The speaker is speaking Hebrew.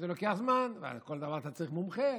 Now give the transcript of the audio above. זה לוקח זמן, ועל כל דבר אתה צריך מומחה.